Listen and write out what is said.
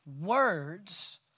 words